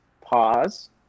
pause